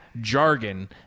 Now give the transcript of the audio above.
jargon